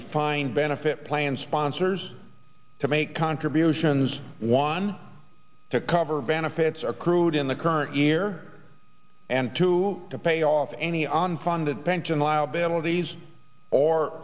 efined benefit plan sponsors to make contributions one to cover benefits are crude in the current year and to pay off any on funded pension liabilities or